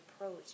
approach